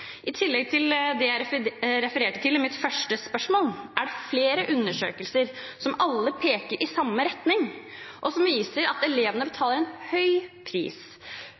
I tillegg til det jeg refererte til i spørsmålet mitt, er det flere undersøkelser som alle peker i samme retning, og som viser at elevene betaler en høy pris